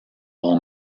all